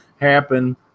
happen